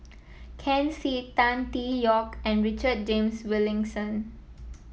Ken Seet Tan Tee Yoke and Richard James Wilkinson